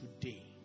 today